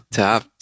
top